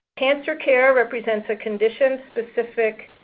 cancer care represents a condition-specific